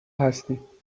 هستین